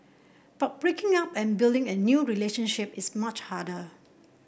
but breaking up and building a new relationship is much harder